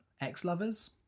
ex-lovers